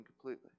completely